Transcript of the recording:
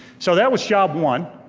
so that was job one,